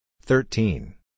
Thirteen